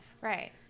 right